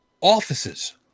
offices